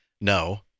no